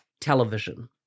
television